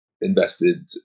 invested